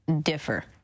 differ